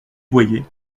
boyer